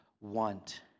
want